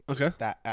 Okay